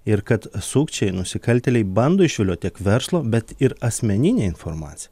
ir kad sukčiai nusikaltėliai bando išviliot tiek verslo bet ir asmeninę informaciją